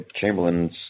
Chamberlain's